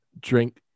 drink